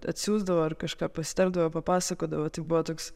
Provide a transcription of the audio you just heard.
atsiųsdavo ar kažką pasitardavo papasakodavo tai buvo toks